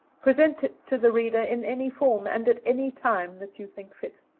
present it to the reader in any form, and at any time, that you think fit.